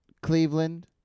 Cleveland